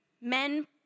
Men